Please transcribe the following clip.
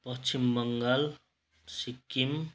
Paschim Bengal Sikkim